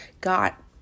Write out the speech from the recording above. got